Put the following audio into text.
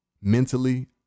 mentally